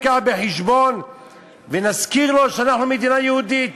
בחשבון ונזכיר לו שאנחנו מדינה יהודית,